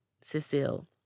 Cecile